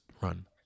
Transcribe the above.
run